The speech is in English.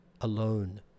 alone